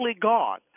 gone